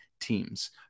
teams